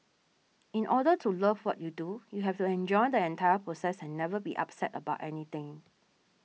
in order to love what you do you have to enjoy the entire process and never be upset about anything